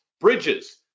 bridges